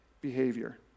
behavior